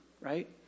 right